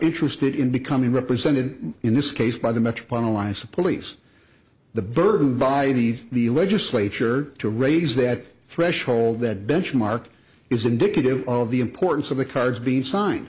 interested in becoming represented in this case by the metropolitan lines a police the burden by the legislature to raise that threshold that benchmark is indicative of the importance of the cards being sign